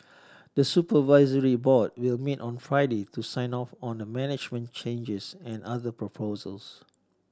the supervisory board will meet on Friday to sign off on the management changes and other proposals